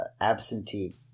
absentee